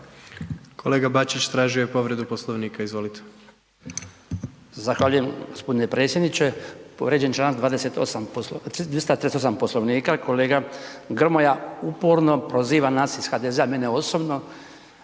Kolega Bačić tražio je povredu Poslovnika, izvolite.